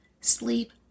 sleep